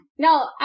No